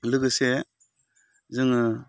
लोगोसे जोङो